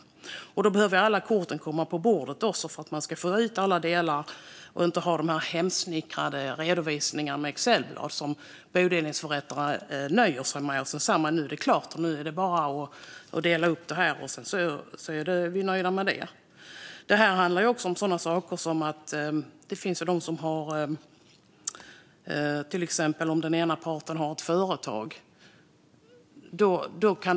Alla kort behöver komma upp på bordet för att man ska få ut alla delar. Man ska inte ha hemsnickrade redovisningar på Excelblad. Bodelningsförrättare nöjer sig med dem och säger sedan: Nu är det klart. Nu är det bara att dela upp det här. Vi är nöjda med det. Det här handlar också om andra saker. Den finns de som har ett företag.